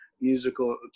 musical